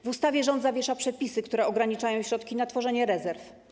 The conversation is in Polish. W ustawie rząd zawiesza przepisy, które ograniczają środki na tworzenie rezerw.